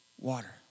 water